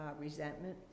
resentment